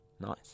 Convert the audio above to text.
nice